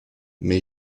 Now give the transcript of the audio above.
mais